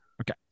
Okay